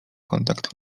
kontakt